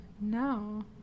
No